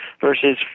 versus